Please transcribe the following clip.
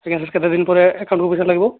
ସେଟା ସାର୍ କେତେ ଦିନ ପରେ ଆକାଉଣ୍ଟକୁ ପଇସା ଲାଗିବ